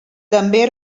també